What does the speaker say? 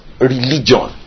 religion